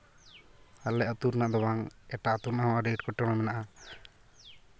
ᱟᱞᱮ ᱟᱹᱛᱩ ᱨᱮᱱᱟᱜ ᱫᱚ ᱵᱟᱝ ᱮᱴᱟᱜ ᱟᱹᱛᱩ ᱨᱮᱱᱟᱜ ᱦᱚᱸ ᱟᱹᱰᱤ ᱮᱴᱠᱮᱴᱚᱬᱮ ᱢᱮᱱᱟᱜᱼᱟ